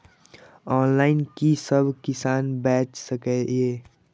Online कि सब किसान बैच सके ये?